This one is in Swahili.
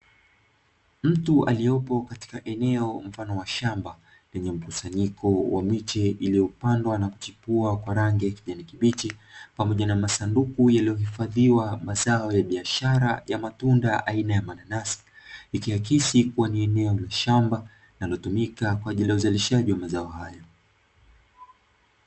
Mtu aliyepo katika eneo mfano wa shamba lenye mkusanyiko wa miche iliyopandwa na kuchipua kwa rangi ya kijani kibichi, pamoja na masanduku yaliyohifadhiwa mazao ya biashara ya matunda aina ya mananasi; ikiakisi kuwa ni eneo la shamba linalotumika kwa ajili uzalishaji wa mazao hayo.